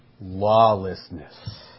lawlessness